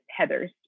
Heathers